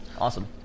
Awesome